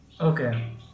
Okay